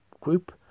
group